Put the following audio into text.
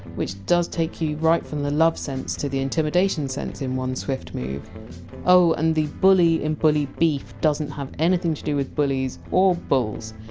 which does take you right from the love sense to the intimidation sense in one swift move oh, and the! bully! in bully beef doesn! t have anything to do with bullies, or bulls,